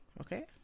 okay